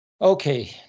Okay